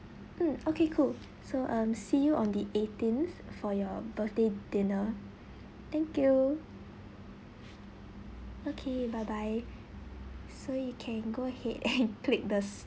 mm okay cool so um see you on the eighteenth for your birthday dinner thank you okay bye bye so you can go ahead and click the